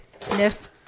ness